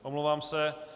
Omlouvám se.